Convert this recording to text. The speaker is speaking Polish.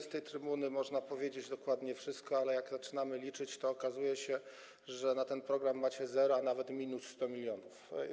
Z tej trybuny można powiedzieć dokładnie wszystko, ale jak zaczynamy liczyć, to okazuje się, że na ten program macie zero, a nawet minus 100 mln.